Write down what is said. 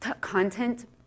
content